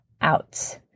out